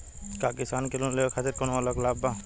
का किसान के लोन लेवे खातिर कौनो अलग लाभ बा?